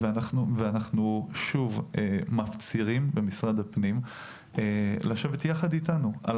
אנחנו מפצירים במשרד הפנים לשבת יחד איתנו על